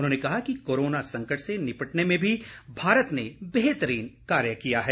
उन्होंने कहा कि कोरोना संकट से निपटने में भी भारत ने बेहतरीन कार्य किया है